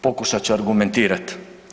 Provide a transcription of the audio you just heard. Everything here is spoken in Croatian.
Pokušat ću argumentirat.